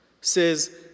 says